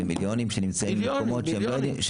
למיליונים שנמצאים במקומות שלא יודעים --- מיליונים,